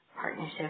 partnership